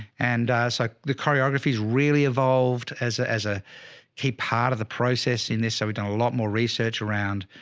and so the choreography is really evolved as a, as a key part of the process in this. so we've done a lot more research around,